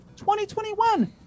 2021